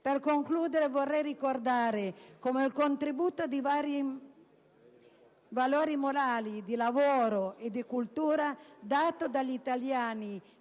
Per concludere, vorrei ricordare come il contributo di valori morali, di lavoro e di cultura dato dagli italiani